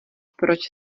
proč